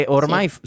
ormai